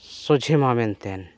ᱥᱚᱡᱷᱮ ᱢᱟ ᱢᱮᱱᱛᱮ